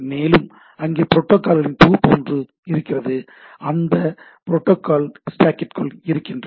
மேலும் அங்கே புரோட்டோக்கால்களின் தொகுப்பு ஒன்று இருக்கின்றது அவை இந்த புரோட்டோக்கால் ஸ்டேக்கிற்குள் இருக்கின்றது